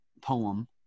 poem